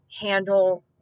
handle